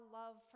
love